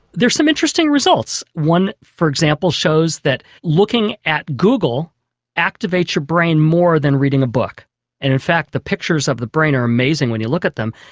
there's some interesting results. one for example shows that looking at google activates your brain more than reading a book and in fact the pictures of the brain are amazing when you look at them.